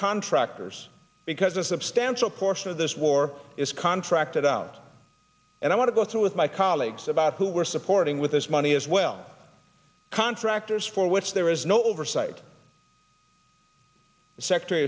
contractors because a substantial portion of this war is contracted out and i want to go through with my colleagues about who we're supporting with this money as well contractors for which there is no oversight the secretary